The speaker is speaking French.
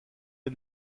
est